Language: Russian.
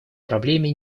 проблеме